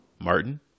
Martin